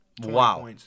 wow